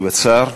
תשובת שר.